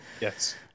Yes